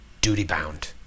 duty-bound